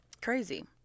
Crazy